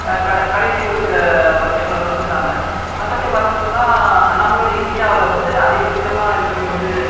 கட கடைசி ஒருசில வருஷங்களை வந்து வந்துவிட்டாங்க மற்றபடி பார்த்தோன்னு சொன்னால் நம்மளோட இந்தியாவில் வந்து அதிகபட்சமாக இருக்கிறது வந்து